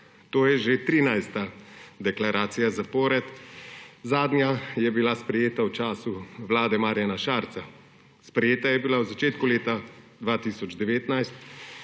To je že 13. deklaracija zapored. Zadnja je bila sprejeta v času vlade Marjana Šarca, sprejeta je bila v začetku leta 2019,